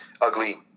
ugly